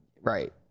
Right